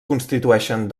constitueixen